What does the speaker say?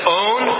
own